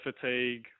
fatigue